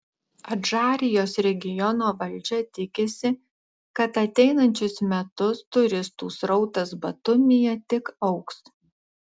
adžarijos regiono valdžia tikisi kad ateinančius metus turistų srautas batumyje tik augs